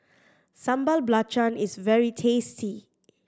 Sambal Belacan is very tasty